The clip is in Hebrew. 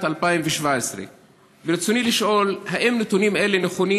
2017. ברצוני לשאול: 1. האם נתונים אלו נכונים?